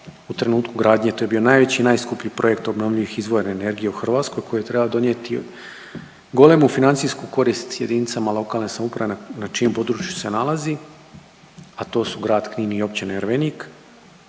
u trenutku gradnje to je bio najveći i najskuplji projekt obnovljivih izvora energije u Hrvatskoj koji je trebao donijeti golemu financijsku korist jedinicama lokalne samouprave na čijem području se nalazi, a to su grad Knin općine Ervenik.